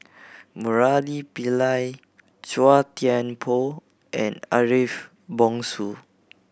Murali Pillai Chua Thian Poh and Ariff Bongso